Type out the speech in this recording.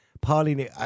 Pauline